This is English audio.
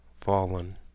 Fallen